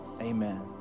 amen